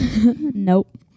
nope